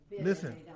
listen